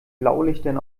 blaulichtern